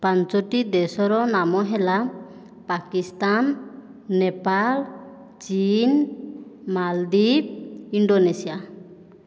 ପାଞ୍ଚଟି ଦେଶର ନାମ ହେଲା ପାକିସ୍ତାନ ନେପାଳ ଚୀନ ମାଳଦ୍ଵୀପ ଇଣ୍ଡୋନେସିଆ